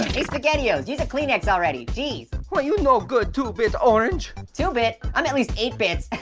hey spaghettios, use a kleenex already, jeez. well, you no-good two-bit orange. two-bit? i'm at least eight bits.